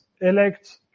elect